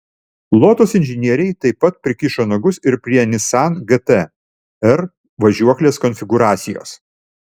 lotus inžinieriai taip pat prikišo nagus ir prie nissan gt r važiuoklės konfigūracijos